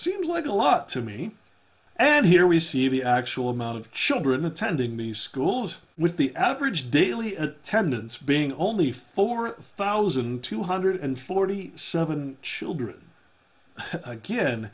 seems like a lot to me and here we see the actual amount of children attending the schools with the average daily attendance being only four thousand two hundred and forty seven children again